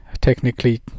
technically